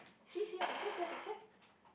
see see your picture see your picture